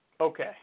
Okay